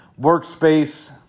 workspace